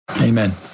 Amen